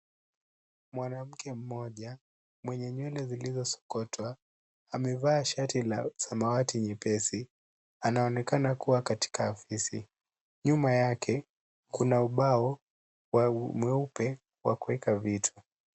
Mwanamke mmoja mwenye nywele zilizosokotwa, amevaa shati la samawati nyepesi, anaonekana kua katika afisi. Nyuma yake kuna ubao mweupe wa kueka vitu.